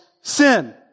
sin